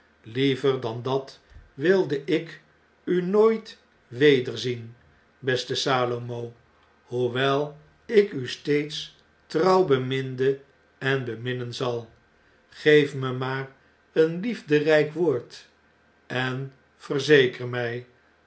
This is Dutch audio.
liever dan dat wilde ik u nooit wederzien beste salomo hoewel ik u steeds trouw beminde en beminnen zal geef me maar een liefderijk woord en verzeker mij